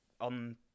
on